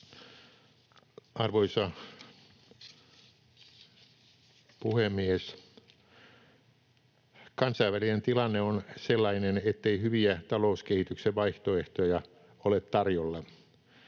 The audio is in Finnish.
Arvoisa puhemies! Kansainvälinen tilanne on sellainen, ettei hyviä talouskehityksen vaihtoehtoja ole tarjolla.